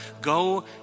go